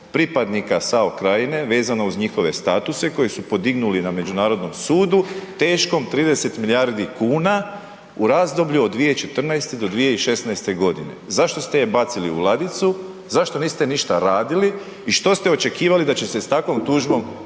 pripadnika SAO Krajine vezano uz njihove statuse koji su podignuli na međunarodnom sudu teškom 30 milijardi kuna u razdoblju od 2014. do 2016. godine? Zašto ste ju bacili u ladicu? Zašto niste ništa radili i što ste očekivali da će se s takvom tužbom